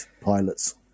pilots